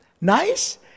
Nice